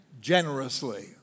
generously